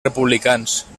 republicans